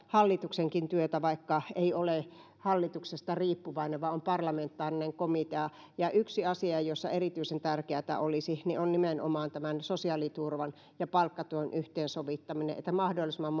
hallituksenkin työtä vaikka se ei ole hallituksesta riippuvainen vaan on parlamentaarinen komitea yksi asia jossa se erityisen tärkeätä olisi on nimenomaan tämän sosiaaliturvan ja palkkatyön yhteensovittaminen niin että mahdollisimman